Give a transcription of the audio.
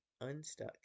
unstuck